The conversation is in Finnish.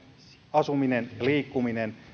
asuminen ja liikkuminen